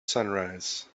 sunrise